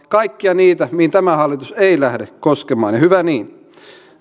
kaikkia niitä mihin tämä hallitus ei lähde koskemaan ja hyvä niin